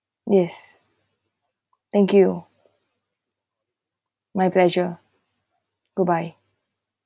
yes thank you my pleasure goodbye